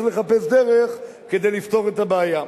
וצריך לחפש דרך כדי לפתור את הבעיה.